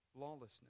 lawlessness